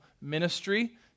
ministry